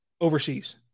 overseas